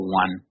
one